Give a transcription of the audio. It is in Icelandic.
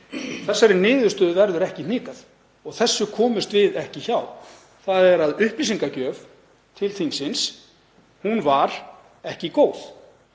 Þessari niðurstöðu verður ekki hnikað og þessu komumst við ekki hjá, þ.e. að upplýsingagjöf til þingsins var ekki góð.